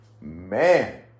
Man